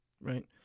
right